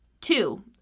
Two